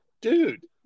dude